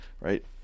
right